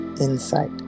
insight